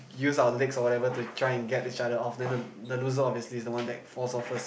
use our legs or whatever to try and get each other off then the the loser obviously is the one that falls off first